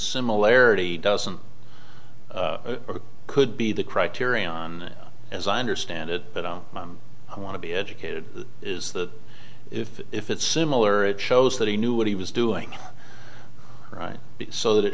similarity doesn't or could be the criterion on as i understand it that i want to be educated is that if if it's similar it shows that he knew what he was doing right so that it